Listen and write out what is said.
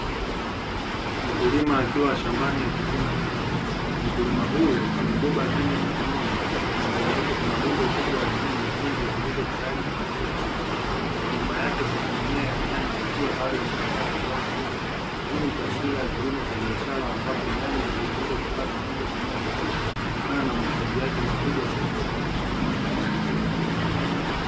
Mkulima akiwa shambani akivuna nyanya, mkulima huyu amebeba nyanya mkononi na mbele yake kuna rundo kubwa la nyanya nyekundu zilizo tayari kwa ajili ya soko, nyuma yake kuna mimea ya nyanya ikiwa bado inaendelea kuzaa matunda. Hii ni taswira ya kilimo cha biashara ambapo nyanya kuingiza kipato moja kwa moja kutokana na mahitaji yake makubwa sokoni.